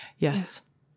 Yes